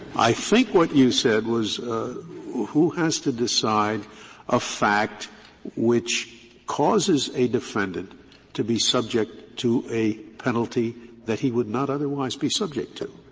i think what you said was who who has to decide a fact which causes a defendant to be subject to a penalty that he would not otherwise be subject to?